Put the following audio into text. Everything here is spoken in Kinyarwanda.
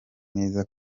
neza